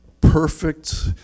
perfect